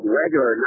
regular